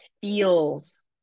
feels